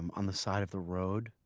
um on the side of the road,